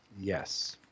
Yes